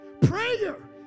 prayer